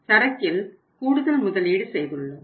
ஏனெனில் சரக்கில் கூடுதல் முதலீடு செய்துள்ளோம்